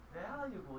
valuable